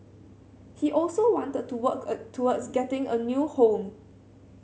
he also wanted to work a towards getting a new home